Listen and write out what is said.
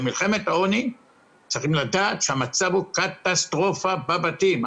במלחמת העוני צריך לדעת שהמצב הוא קטסטרופה בבתים.